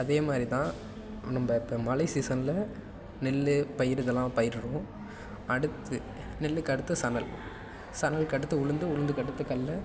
அதே மாதிரி தான் நம்ம இப்போ மழை சீசன்ல நெல் பயிறு இதெல்லாம் பயிரிடுவோம் அடுத்து நெல்லுக்கு அடுத்து சணல் சணலுக்கு அடுத்து உளுந்து உளுந்துக்கு அடுத்து கடல்ல